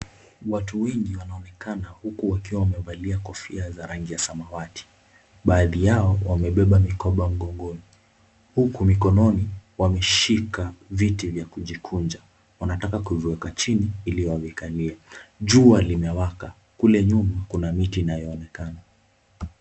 Watu wengi wanaonekana, huku wakiwa wamevalia kofia za rangi ya samawati. Baadhi yao wamebeba mikoba mgongoni, huku mikononi wameshika viti vya kujikunja. Wanataka kuviweka chini ili wavikalie. Jua limewaka. Kule nyuma kuna miti inayoonekana.